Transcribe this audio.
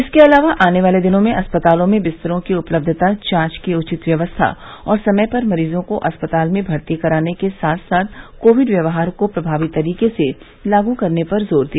इसके अलावा आने वाले दिनों में अस्पतालों में बिस्तरों की उपलब्धता जांच की उचित व्यवस्था और समय पर मरीजों को अस्पताल में भर्ती कराने के साथ साथ कोविड व्यवहार को प्रभावी तरीके से लागू करने पर जोर दिया